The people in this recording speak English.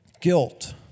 guilt